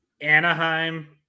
Anaheim